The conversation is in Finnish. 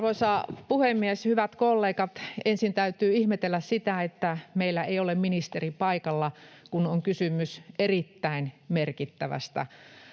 Arvoisa puhemies! Hyvät kollegat! Ensin täytyy ihmetellä sitä, että meillä ei ole ministeri paikalla, kun on kysymys erittäin merkittävästä